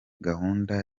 gahunda